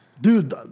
Dude